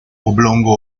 oblongo